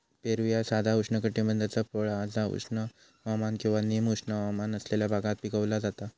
पेरू ह्या साधा उष्णकटिबद्धाचा फळ हा जा उष्ण हवामान किंवा निम उष्ण हवामान असलेल्या भागात पिकवला जाता